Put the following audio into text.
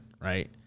right